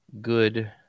good